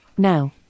Now